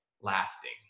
lasting